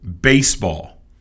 baseball